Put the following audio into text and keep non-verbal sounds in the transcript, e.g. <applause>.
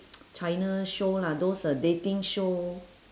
<noise> china show lah those uh dating show